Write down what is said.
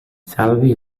salvi